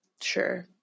Sure